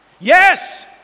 Yes